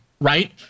right